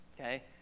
Okay